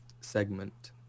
segment